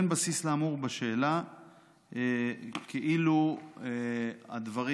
אין בסיס לאמור בשאלה כאילו הדברים